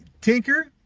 tinker